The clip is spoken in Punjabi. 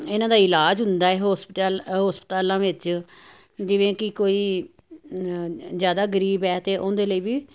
ਇਹਨਾਂ ਦਾ ਇਲਾਜ ਹੁੰਦਾ ਹੋਸਪਿਟਲਾਂ ਹੋਸਪਿਟਲਾਂ ਵਿੱਚ ਜਿਵੇਂ ਕਿ ਕੋਈ ਜ਼ਿਆਦਾ ਗਰੀਬ ਹੈ ਅਤੇ ਉਹਦੇ ਲਈ ਵੀ